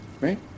right